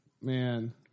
Man